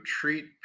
treat